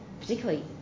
particularly